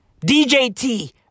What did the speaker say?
DJT